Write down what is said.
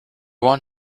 want